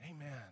Amen